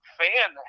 fan